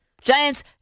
Giants